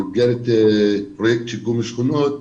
במסגרת פרויקט שיקום שכונות,